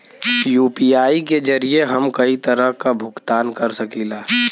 UPI के जरिये हम कई तरे क भुगतान कर सकीला